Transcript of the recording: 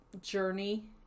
journey